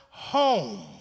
home